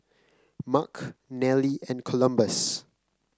Mark Nelly and Columbus